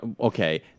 Okay